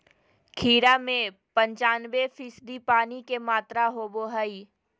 खीरा में पंचानबे फीसदी पानी के मात्रा होबो हइ